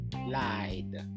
lied